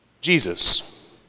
Jesus